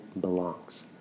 belongs